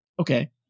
okay